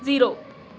zero